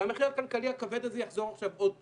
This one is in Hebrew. והמחיר הכלכלי הכבד הזה יחזור עכשיו עוד פעם.